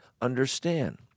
understand